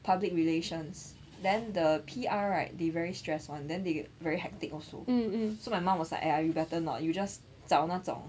public relations then the P_R right they very stress [one] then they very hectic also so my mom was like !aiya! you better not you just 找那种